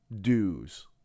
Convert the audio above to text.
dues